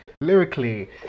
Lyrically